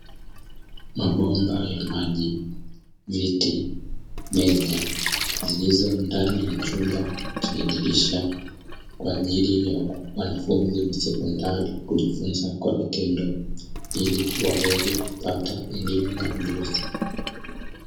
Mabomba ya maji, viti, meza zilizo ndani ya chumba chenye dirisha ili wanafunzi wa sekondari kujifunza kwa vitendo, ili waweze kupata elimu na ujuzi.